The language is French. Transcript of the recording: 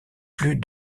plus